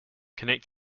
connect